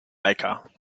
baker